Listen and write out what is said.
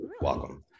welcome